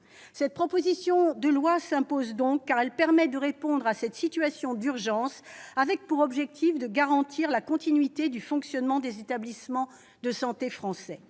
présente proposition de loi s'impose donc, car elle permet de répondre à cette situation d'urgence, avec, pour objectif, de garantir la continuité du fonctionnement des établissements de santé français.